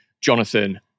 Jonathan